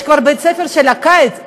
יש כבר בית-ספר של קיץ,